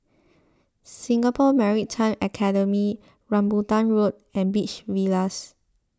Singapore Maritime Academy Rambutan Road and Beach Villas